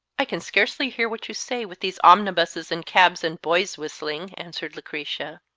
i can scarcely hear what you say, with these omnibuses and cabs and boys whistling, answered lucretia.